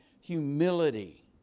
humility